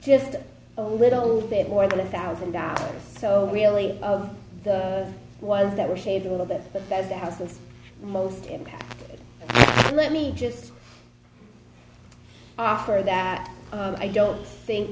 just a little bit more than a thousand dollars so really of the ones that were saved a little bit but does that has the most impact and let me just offer that i don't think